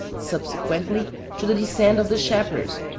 subsequently to the descent of the shepherds,